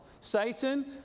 Satan